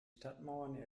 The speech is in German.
stadtmauern